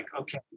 okay